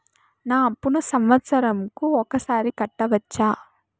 నా అప్పును సంవత్సరంకు ఒకసారి కట్టవచ్చా?